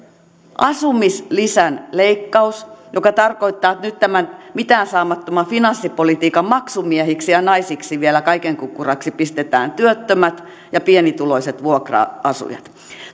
asumislisän leikkaus joka tarkoittaa että nyt tämän mitään saamattoman finanssipolitiikan maksumiehiksi ja ja naisiksi vielä kaiken kukkuraksi pistetään työttömät ja pienituloiset vuokra asujat